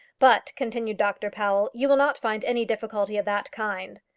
but, continued dr powell, you will not find any difficulty of that kind.